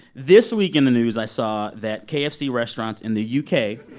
this week in the news, i saw that kfc restaurants in the u k.